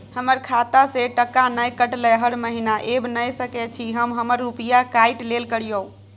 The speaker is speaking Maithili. हमर खाता से टका नय कटलै हर महीना ऐब नय सकै छी हम हमर रुपिया काइट लेल करियौ?